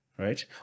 right